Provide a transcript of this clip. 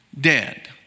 dead